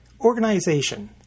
Organization